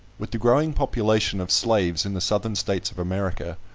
with the growing population of slaves in the southern states of america,